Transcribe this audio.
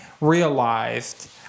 realized